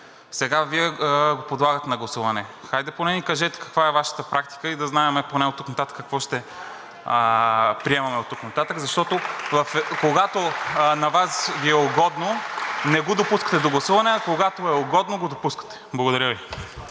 сега го подлагате на гласуване. Хайде поне ни кажете каква е Вашата практика, за да знаем оттук нататък какво ще приемаме, защото, когато на Вас Ви е угодно, не го допускате до гласуване, а когато е угодно, го допускате. Благодаря Ви.